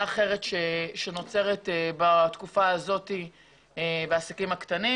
אחרת שנוצרת בתקופה הזאת בקרב העסקים הקטנים.